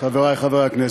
חברי חברי הכנסת,